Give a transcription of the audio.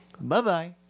Bye-bye